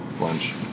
lunch